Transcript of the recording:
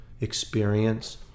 experience